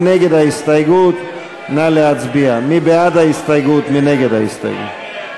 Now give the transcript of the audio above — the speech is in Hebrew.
מי נגד ההסתייגות?